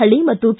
ಹಳ್ಳಿ ಮತ್ತು ಕೆ